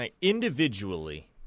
Individually